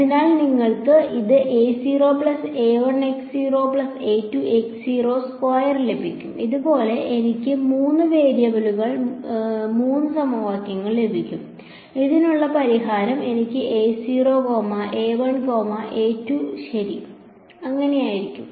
അതിനാൽ നിങ്ങൾക്ക് ഇത് ലഭിക്കും ഇതുപോലെ എനിക്ക് മൂന്ന് വേരിയബിളുകളിൽ മൂന്ന് സമവാക്യങ്ങൾ ലഭിക്കും ഇതിനുള്ള പരിഹാരം എനിക്ക് ശരി നൽകും